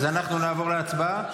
אז אנחנו נעבור להצבעה?